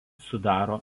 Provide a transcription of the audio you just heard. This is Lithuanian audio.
sudaro